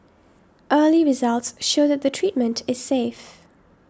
early results show that the treatment is safe